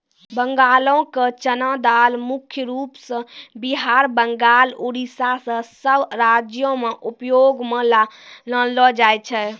बंगालो के चना दाल मुख्य रूपो से बिहार, बंगाल, उड़ीसा इ सभ राज्यो मे उपयोग मे लानलो जाय छै